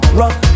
rock